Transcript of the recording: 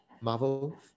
Marvel